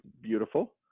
beautiful